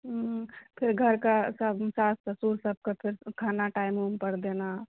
हूँ फेर घरके सब सास ससुर सबके फेर खाना टाइम ऊम पर देना